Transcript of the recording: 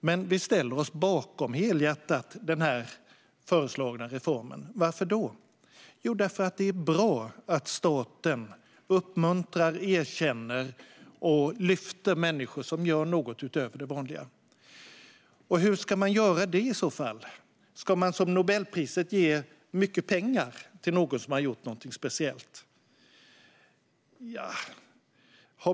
Men vi ställer oss helhjärtat bakom den föreslagna reformen. Varför då? Jo, därför att det är bra att staten uppmuntrar, erkänner och lyfter fram människor som gör något utöver det vanliga. Hur ska man då göra det i så fall? Ska man, som med Nobelpriset, ge mycket pengar till någon som har gjort någonting speciellt?